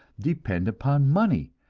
depend upon money,